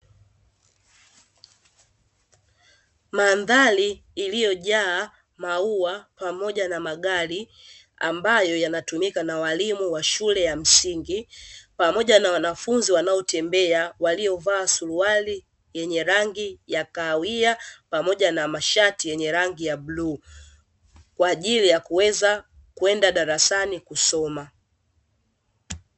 Mandhari iliyojaa maua pamoja na magari ambayo yanatumika na walimu wa shule ya msingi, pamoja na wanafunzi wanaotembea waliovaa suruali yenye rangi ya kawia pamoja na masharti yenye rangi ya bluu, kwa ajili ya kuweza kwenda darasani kusoma.